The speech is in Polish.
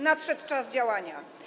Nadszedł czas działania.